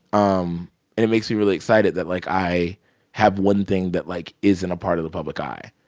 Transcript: um and it makes me really excited that, like, i have one thing that, like, isn't a part of the public eye.